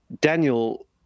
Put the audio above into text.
Daniel